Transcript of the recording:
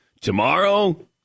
tomorrow